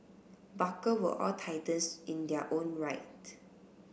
barker were all titans in their own right